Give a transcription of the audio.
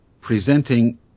presenting